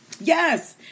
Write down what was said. Yes